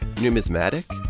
Numismatic